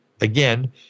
again